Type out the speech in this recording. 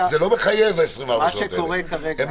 זה לא מחייב 24 השעות האלה בכלל.